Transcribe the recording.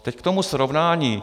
Teď k tomu srovnání.